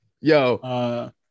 Yo